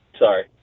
Sorry